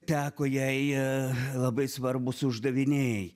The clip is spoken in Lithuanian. teko jai labai svarbūs uždaviniai